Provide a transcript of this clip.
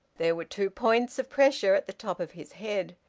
there were two points of pressure at the top of his head.